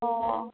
অ'